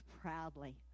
proudly